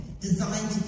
designed